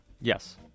yes